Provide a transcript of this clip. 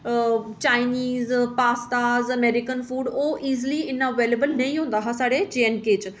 Chinese pasta American food ओह् इ'यां easily इन्ना अवेलएबल नेईं होंदा हा साढ़े जेएंडके च